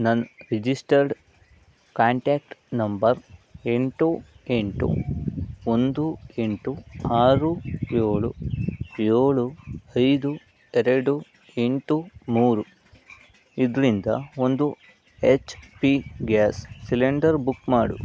ನನ್ನ registered contact number ಎಂಟು ಎಂಟು ಒಂದು ಎಂಟು ಆರು ಏಳು ಏಳು ಐದು ಎರಡು ಎಂಟು ಮೂರು ಇದರಿಂದ ಒಂದು H P gas cylinder book ಮಾಡು